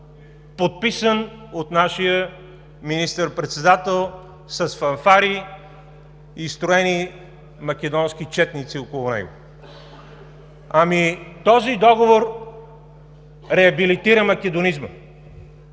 подписан от нашия министър-председател с фанфари и строени македонски четници около него? Ами, този договор реабилитира македонизма,